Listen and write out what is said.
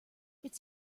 its